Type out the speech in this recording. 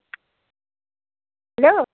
hello